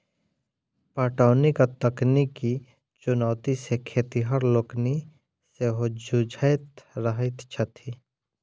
पटौनीक तकनीकी चुनौती सॅ खेतिहर लोकनि सेहो जुझैत रहैत छथि